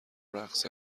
رقص